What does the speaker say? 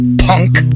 Punk